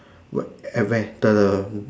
at where the